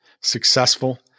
successful